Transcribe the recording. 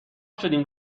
شدیم